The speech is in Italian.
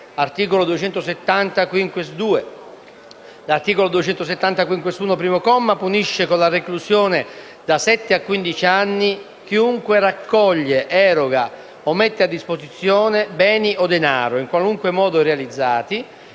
(articolo 270-*quinquies*.2). L'articolo 270-*quinquies*.1, primo comma, punisce con la reclusione da sette a quindici anni chiunque raccoglie, eroga o mette a disposizione beni o denaro, in qualunque modo realizzati,